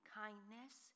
kindness